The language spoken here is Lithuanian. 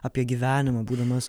apie gyvenimą būdamas